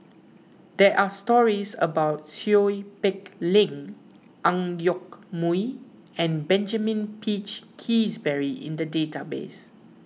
there are stories about Seow Peck Leng Ang Yoke Mooi and Benjamin Peach Keasberry in the database